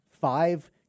five